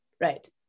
Right